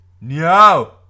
No